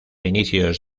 inicios